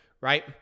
right